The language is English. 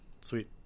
sweet